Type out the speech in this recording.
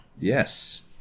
Yes